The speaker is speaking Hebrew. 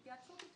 ימים,